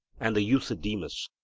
and the euthydemus,